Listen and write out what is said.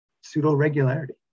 pseudo-regularity